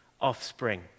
offspring